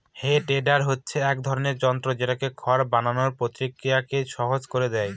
হে tedder হচ্ছে এক ধরনের যন্ত্র যেটা খড় বানানোর প্রক্রিয়াকে সহজ করে দেয়